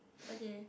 okay